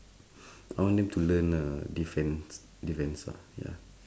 I want them to learn uh defence defence ah ya